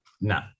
No